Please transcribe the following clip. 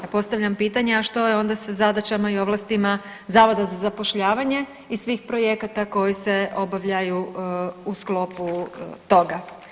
Ja postavljam pitanje, a što je onda sa zadaćama i ovlastima Zavoda za zapošljavanje i svih projekata koji se obavljaju u sklopu toga?